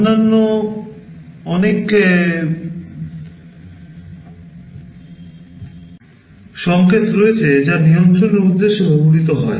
অন্যান্য অনেক সংকেত রয়েছে যা নিয়ন্ত্রণের উদ্দেশ্যে ব্যবহৃত হয়